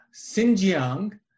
Xinjiang